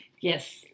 Yes